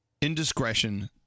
indiscretion